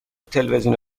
تلویزیون